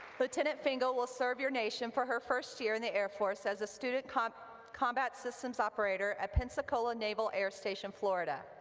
lieutenant fingal will serve your nation for her first year in the air force as a student combat combat systems operator at pensacola naval air station, florida.